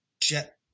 Jet